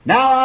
Now